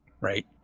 right